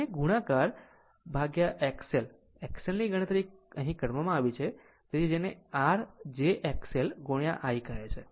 અને ગુણાકાર XL XL ની ગણતરી અહીં કરવામાં આવે છે તે r તે છે જેને r j XL I કહે છે